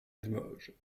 limoges